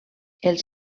els